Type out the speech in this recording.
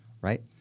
right